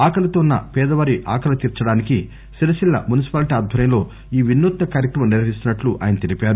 ఆకలిగా ఉన్న పేదవారి ఆకలి తీర్చడానికి సిరిసిల్లా మున్సిపాలిటి ఆధ్వర్యంలో ఈ వినూత్స కార్యక్రమం నిర్వహిస్తున్నట్లు తెలిపారు